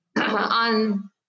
On